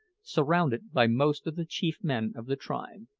surrounded by most of the chief men of the tribe.